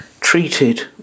treated